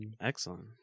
Excellent